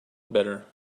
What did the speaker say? better